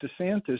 DeSantis